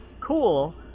cool